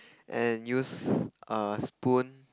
and use a spoon